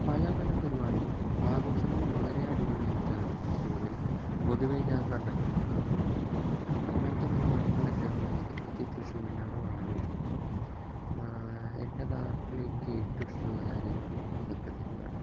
പല പല പരിപാടികളും ആഘോഷങ്ങളും വളരെ അടിപൊളിയായിട്ടാണ് തൃശ്ശൂരിൽ പൊതുവേ ഞാൻ കണ്ടിട്ടുള്ളത് അതുകൊണ്ടു തന്നെ അങ്ങനത്തെ പരിപാടികൾ അറ്റൻഡ് ചെയ്യുന്നത് എനിക്ക് തൃശ്ശൂരിലാണ് വളരെയിഷ്ടം എൻ്റെ നാട്ടിൽ എനിക്ക് ഏറ്റവും ഇഷ്ടമുള്ള കാര്യങ്ങൾ ഇതൊക്കെ തന്നെയാണ്